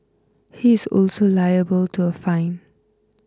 he is also liable to a fine